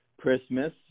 Christmas